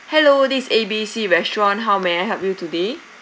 hello this is A B C restaurant how may I help you today